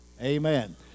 Amen